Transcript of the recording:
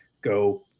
Go